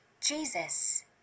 Jesus